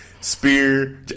Spear